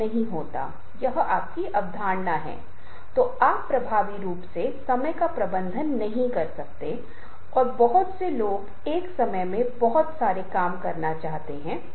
प्रस्तुति के दौरान और प्रस्तुति से पहले भी जब आप इसकी तैयारी कर रहे हों तो कुछ मित्रों से पूछें कि क्या यह काम कर रहा है या नहीं क्योंकि आप प्रस्तुतियाँ करते रहते हैं या नहीं शायद आपको उन सहारा की आवश्यकता नहीं है लेकिन ऐसा करना बहुत महत्वपूर्ण है